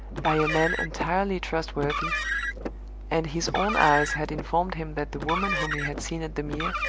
by a man entirely trustworthy and his own eyes had informed him that the woman whom he had seen at the mere,